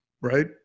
Right